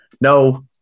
No